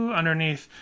underneath